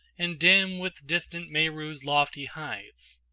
and dim with distance meru's lofty heights.